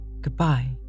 Goodbye